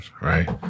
right